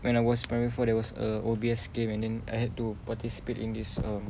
when I was primary four there was a O_B_S camp and then I have to participate in this uh